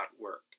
work